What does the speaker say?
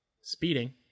speeding